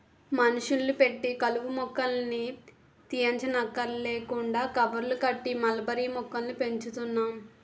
మనుషుల్ని పెట్టి కలుపు మొక్కల్ని తీయంచక్కర్లేకుండా కవర్లు కట్టి మల్బరీ మొక్కల్ని పెంచుతున్నాం